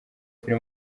film